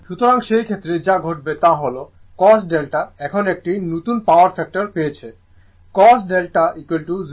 সুতরাং সেই ক্ষেত্রে যা ঘটবে তা হল cos delta এখন একটি নতুন পাওয়ার ফ্যাক্টর পেয়েছে cos delta 095 ধরুন